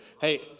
Hey